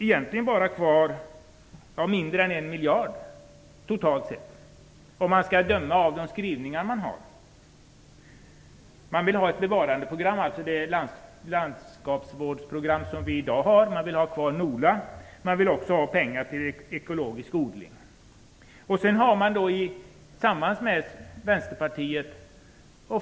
Det är mindre än en miljard kvar, totalt sett, om man skall döma av det som är skrivet. De vill ha kvar det bevarandeprogram för landskapet som vi har i dag. De vill ha kvar NOLA. De vill också ha pengar till ekologisk odling.